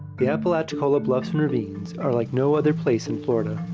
the apalachicola bluffs and ravines are like no other place in florida.